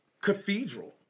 cathedral